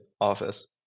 office